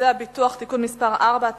חוזה הביטוח (תיקון מס' 4),